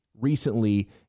recently